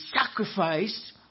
sacrificed